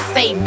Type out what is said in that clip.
Say